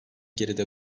geride